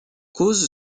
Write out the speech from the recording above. cause